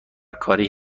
کاری